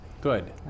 Good